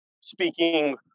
speaking